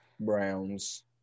Browns